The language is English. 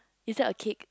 is that a cake